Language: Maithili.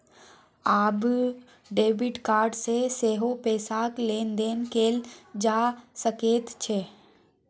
आब डेबिड कार्ड सँ सेहो पैसाक लेन देन कैल जा सकैत छै